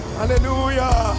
hallelujah